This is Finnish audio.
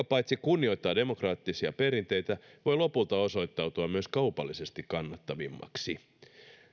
paitsi kunnioittaa demokraattisia perinteitä voi lopulta osoittautua myös kaupallisesti kannattavimmaksi